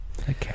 okay